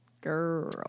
Girl